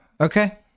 Okay